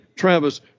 Travis